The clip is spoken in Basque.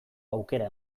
aukera